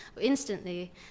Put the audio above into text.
instantly